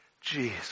Jesus